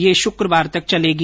यह शुक्रवार तक चलेगी